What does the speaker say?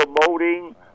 promoting